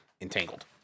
entangled